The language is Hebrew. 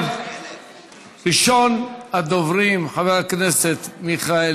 ראשון הדוברים, חבר הכנסת מיכאל